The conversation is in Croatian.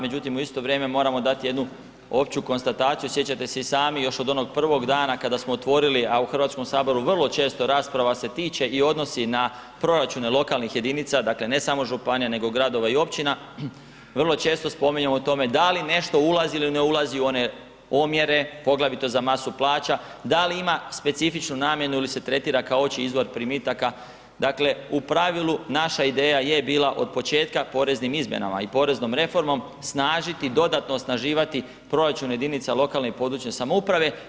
Međutim u isto vrijeme moramo dati jednu opću konstataciju, sjećate se i sami još od onog prvog dana kada smo otvorili, a u Hrvatskom saboru vrlo često rasprava se tiče i odnosi na proračune lokalnih jedinica, dakle ne samo županija nego gradova i općina, vrlo često spominjemo o tome da li nešto ulazi ili ne ulazi u one omjere, poglavito za masu plaća, da li ima specifičnu namjenu ili se tretira opći izvor primitaka, dakle u pravilu naša ideja je bila od početka poreznim izmjenama i poreznom reformom snažiti i dodatno osnaživati proračun jedinica lokalne i područne samouprave.